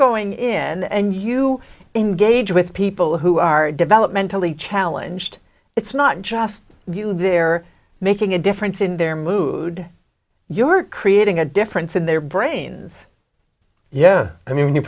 going in and you engage with people who are developmentally challenged it's not just you they're making a difference in their mood you're creating a difference in their brains yeah i mean